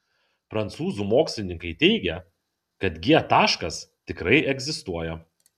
prancūzų mokslininkai teigia kad g taškas tikrai egzistuoja